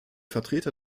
vertreter